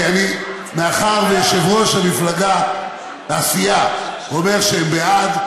מאחר שיושב-ראש הסיעה אומר שהם בעד,